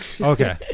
okay